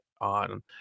on